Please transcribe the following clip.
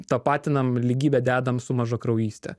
tapatinam lygybę dedam su mažakraujyste